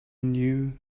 knew